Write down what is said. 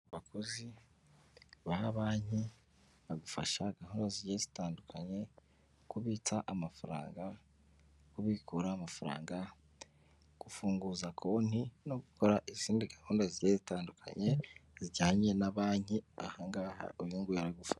Abakozi ba banki bagufasha gahunda zi zitandukanye kubitsa amafaranga, kubikura amafaranga, gufunguza konti no gukora izindi gahunda zigiye zitandukanye zijyanye na banki ahangaha uyu nguyu aragufasha.